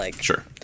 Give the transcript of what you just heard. Sure